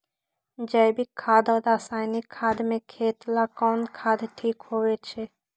जैविक खाद और रासायनिक खाद में खेत ला कौन खाद ठीक होवैछे?